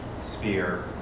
sphere